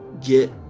get